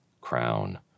crown